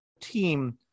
team